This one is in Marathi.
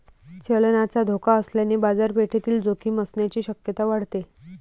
चलनाचा धोका असल्याने बाजारपेठेतील जोखीम असण्याची शक्यता वाढते